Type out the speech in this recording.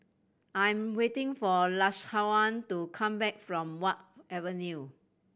I am waiting for Lashawn to come back from Wharf Avenue